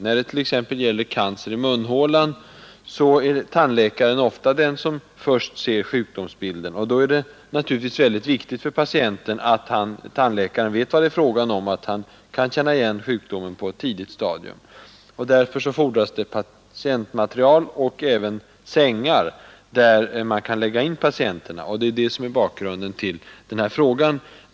När det t.ex. gäller cancer i munhålan är tandläkaren ofta den som först ser sjukdomsbilden. Det är naturligtvis viktigt för patienten att tandläkaren då vet vad det är fråga om och att han kan känna igen sjukdomen på ett tidigt stadium. För detta fordras det patientmaterial och även sängar, så att man kan lägga in patienterna. Detta är bakgrunden till min fråga.